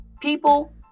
people